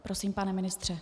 Prosím, pane ministře.